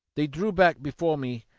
they drew back before me,